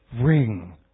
Ring